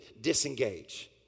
disengage